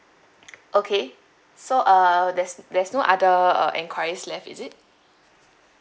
okay so uh there's there's no other uh enquiries left is it